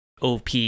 op